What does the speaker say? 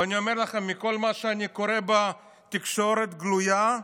ואני אומר לכם, מכל מה שאני קורא בתקשורת הגלויה,